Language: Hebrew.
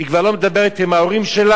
היא כבר לא מדברת עם ההורים שלה.